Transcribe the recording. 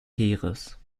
heeres